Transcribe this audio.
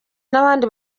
n’abandi